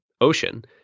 ocean